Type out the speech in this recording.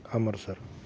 Amritsar